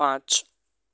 પાંચ